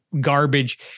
garbage